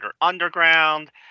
Underground